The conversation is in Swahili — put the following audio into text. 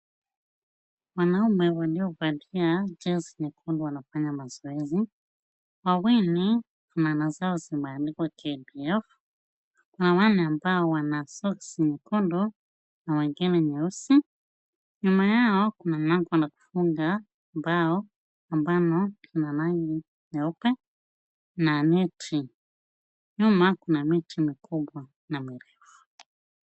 Wanaume waliovalia jezi nyekundu wanafanya mazoezi. Wawili namba zao zimeandikwa KDF. Kuna wale ambao wana soksi nyekundu na nyeusi. Nyuma yao kuna lango la kufuga bao ambalo lina nyeupe na neti. Nyuma kuna miti mikubwa na mirefu.